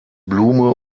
blume